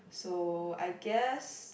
so I guess